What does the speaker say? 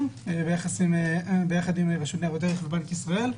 ביחד עם רשות ניירות ערך ובנק ישראל.